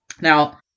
Now